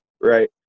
Right